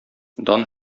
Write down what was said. дан